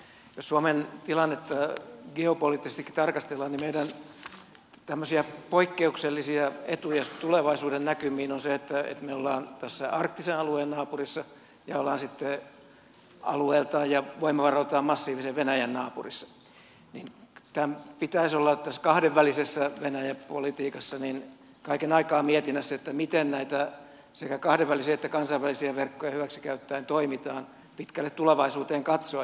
jos suomen tilannetta geopoliittisestikin tarkastellaan niin meidän tämmöisiä poikkeuksellisia etuja tulevaisuudennäkymiin on se että me olemme arktisen alueen naapurissa ja olemme alueeltaan ja voimavaroiltaan massiivisen venäjän naapurissa ja tämän pitäisi olla kahdenvälisessä venäjä politiikassa kaiken aikaa mietinnässä miten näitä sekä kahdenvälisiä että kansainvälisiä verkkoja hyväksi käyttäen toimitaan pitkälle tulevaisuuteen katsoen